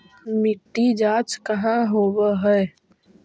मिट्टी जाँच कहाँ होव है?